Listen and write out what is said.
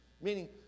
Meaning